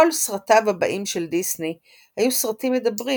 כל סרטיו הבאים של דיסני היו סרטים מדברים,